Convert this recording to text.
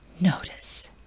notice